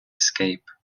escape